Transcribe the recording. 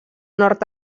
nord